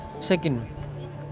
Second